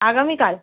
আগামীকাল